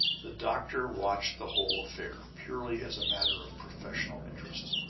the doctor watched the whole affair, purely as a matter of professional interest.